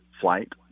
flight